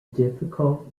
difficult